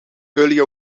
earlier